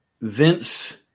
Vince